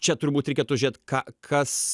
čia turbūt reikėtų žiūrėt ką kas